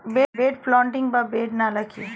Bed planting বা bed নালা কি?